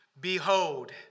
Behold